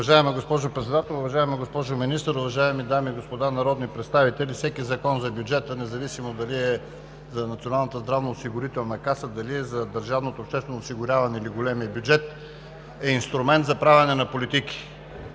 Уважаема госпожо Председател, уважаема госпожо Министър, уважаеми дами и господа народни представители! Всеки Закон за бюджета – независимо дали е за Националната здравноосигурителна каса, дали е за държавното обществено осигуряване, или е за големия бюджет, е инструмент за правене на политики.